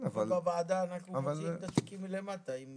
להתחיל מלמטה זה